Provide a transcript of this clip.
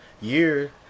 year